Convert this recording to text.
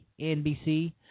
NBC